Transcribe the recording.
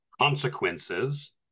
consequences